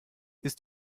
ist